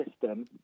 system